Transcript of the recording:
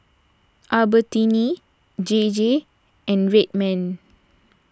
Albertini J J and Red Man